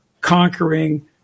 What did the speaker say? conquering